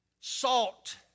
Salt